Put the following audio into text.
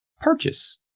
purchase